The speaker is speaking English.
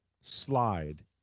slide